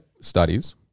studies